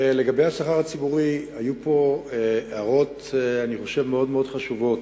לגבי השכר הציבורי היו פה הערות מאוד-מאוד חשובות.